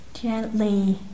Gently